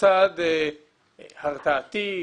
לפי הסעיף הזה,